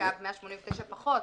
בקו 189 פחות.